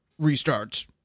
restarts